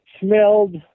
smelled